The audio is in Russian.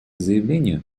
заявлению